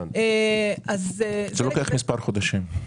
זה לוקח מספר חודשים.